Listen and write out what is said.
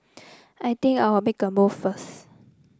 I think I'll make a move first